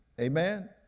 Amen